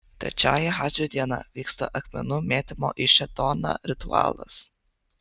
trečiąją hadžo dieną vyksta akmenų mėtymo į šėtoną ritualas